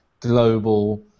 global